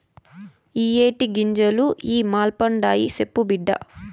ఇయ్యే టీ గింజలు ఇ మల్పండాయి, సెప్పు బిడ్డా